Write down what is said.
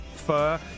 fur